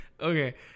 okay